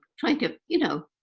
trying to, you know,